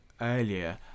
earlier